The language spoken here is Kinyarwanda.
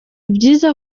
byiza